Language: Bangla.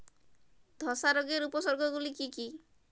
ধসা রোগের উপসর্গগুলি কি কি?